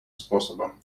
способом